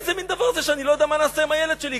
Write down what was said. איזה מין דבר זה שאני לא יודע מה נעשה עם הילד שלי,